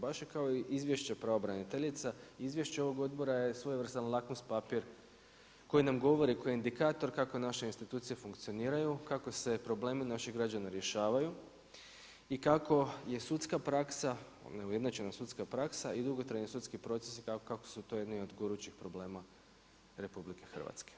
Baš je kao i izvješće pravobraniteljice, izvješće ovog Odbora je svojevrstan lakmus papir koji nam govori kao indikator kako naše institucije funkcioniraju, kako se problemi naših građana rješavaju i kako je sudska praksa, neujednačena sudska praksa i dugotrajni sudski procesi kako su to jedni od gorućih problema RH.